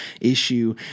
issue